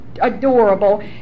adorable